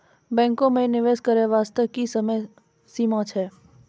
बैंको माई निवेश करे बास्ते की समय सीमा छै?